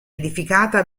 edificata